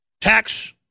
Tax